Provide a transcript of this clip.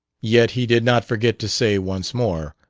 yet he did not forget to say once more,